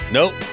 Nope